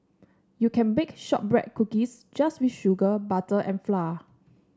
you can bake shortbread cookies just with sugar butter and flour